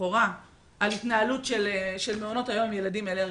לכאורה על התנהלות של מעונות היום עם ילדים אלרגיים.